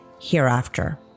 hereafter